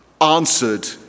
answered